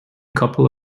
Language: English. couple